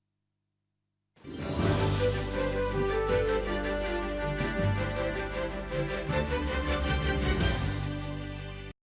Дякую